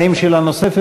האם יש שאלה נוספת?